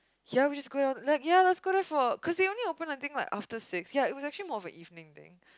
ya we just go down like ya let's go down for cause they only open like I think like after six ya it was actually more of an evening thing